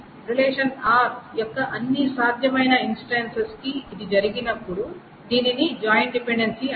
relation r యొక్క అన్ని సాధ్యమైన ఇన్స్టెన్సెస్ కి ఇది జరిగినప్పుడు దీనిని జాయిన్ డిపెండెన్సీ అంటారు